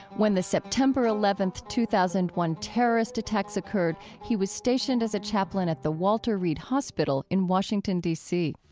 when the september eleventh, two thousand and one, terrorist attacks occurred, he was stationed as a chaplain at the walter reed hospital in washington, d c